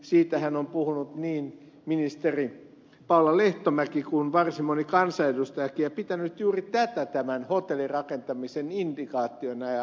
siitähän on puhunut niin ministeri paula lehtomäki kuin varsin moni kansanedustajakin ja pitänyt juuri tätä tämän hotellirakentamisen indikaationa ja perusteluna